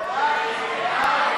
סעיף 67,